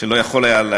שלא יכול להשיב.